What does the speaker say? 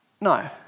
No